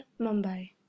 Mumbai